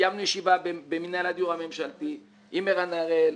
קיימנו ישיבה במינהל הדיור הממשלתי עם ערן הראל,